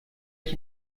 ich